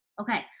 Okay